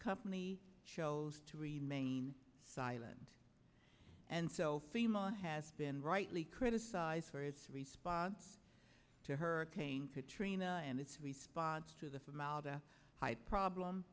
company chose to remain silent and so fema has been rightly criticized for its response to hurricane katrina and its response to the film out a high problem